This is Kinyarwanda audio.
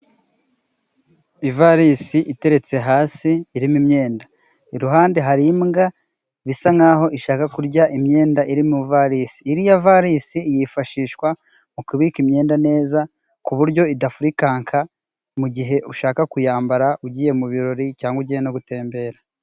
Ivalisi iteretse hasi irimo imyenda iruhande hari imbwa bisa nk'aho ishaka kurya imyenda iri mu ivalisi, iriya valisi yifashishwa mu kubika imyenda neza ku buryo idafurikanka mu gihe ushaka kuyambara ugiye mu birori cyangwa ugiye no gutembera.